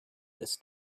this